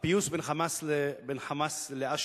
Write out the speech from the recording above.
הפיוס בין "חמאס" לאש"ף